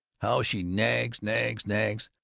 how she nags nags nags.